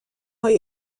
های